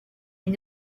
and